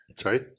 sorry